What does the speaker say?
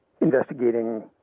investigating